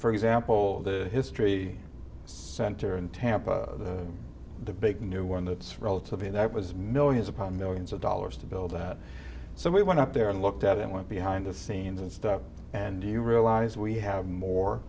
for example the history center in tampa the big new one that's relatively that was millions upon millions of dollars to build that so we went up there and looked at it went behind the scenes and stuff and you realize we have more